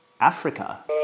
Africa